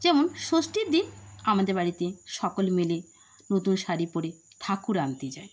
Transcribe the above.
যেমন ষষ্ঠীর দিন আমাদের বাড়িতে সকলে মিলে নতুন শাড়ি পরে ঠাকুর আনতে যায়